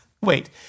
Wait